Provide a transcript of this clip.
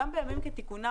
גם בימים כתיקונים,